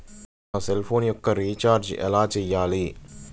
నా సెల్ఫోన్కు రీచార్జ్ ఎలా చేయాలి?